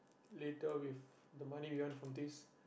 later with the money we earn from this